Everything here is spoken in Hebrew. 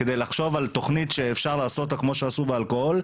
כדי לחשוב על תוכנית שאפשר לעשות אותה כמו שעשו באלכוהול,